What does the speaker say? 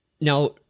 Now